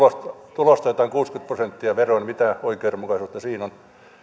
tuloista otetaan kuusikymmentä prosenttia veroa niin mitä oikeudenmukaisuutta siinä on